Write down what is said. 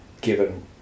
given